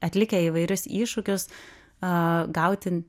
atlikę įvairius iššūkius a gauti